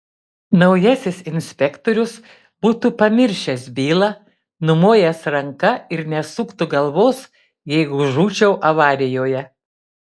naujasis inspektorius būtų pamiršęs bylą numojęs ranka ir nesuktų galvos jeigu žūčiau avarijoje